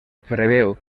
preveu